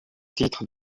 titres